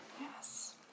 Yes